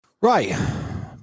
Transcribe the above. Right